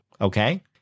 okay